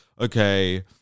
okay